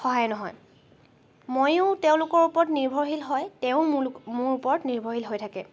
সহায় নহয় ময়ো তেওঁলোকৰ ওপৰত নিৰ্ভৰশীল হয় তেওঁ মোৰ ল মোৰ ওপৰত নিৰ্ভৰশীল হৈ থাকে